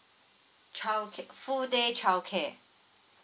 chilca~ full day childcare